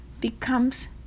becomes